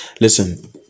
listen